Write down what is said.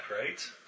right